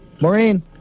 Maureen